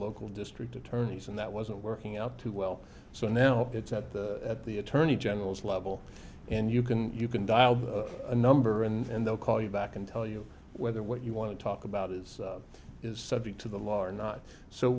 local district attorneys and that wasn't working out too well so now it's at the at the attorney general's level and you can you can dial a number and they'll call you back and tell you whether what you want to talk about is is subject to the law or not so